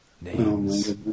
Names